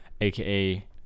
aka